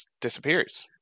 disappears